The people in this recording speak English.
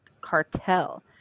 cartel